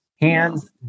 hands